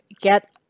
get